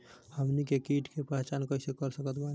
हमनी के कीट के पहचान कइसे कर सकत बानी?